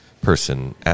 person